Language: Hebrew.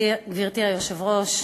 גברתי היושבת-ראש,